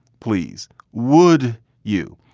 please? would you?